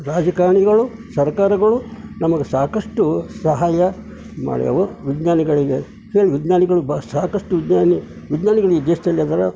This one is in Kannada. ರಾಜಕಾರಣಿಗಳು ಸರ್ಕಾರಗಳು ನಮಗೆ ಸಾಕಷ್ಟು ಸಹಾಯ ಮಾಡ್ಯಾವು ವಿಜ್ಞಾನಿಗಳಿಗೆ ಏನು ವಿಜ್ಞಾನಿಗಳು ಬ ಸಾಕಷ್ಟು ವಿಜ್ಞಾನಿ ವಿಜ್ಞಾನಿಗಳು ಈ ದೇಶದಲ್ಲಿ ಅದರ